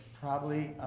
probably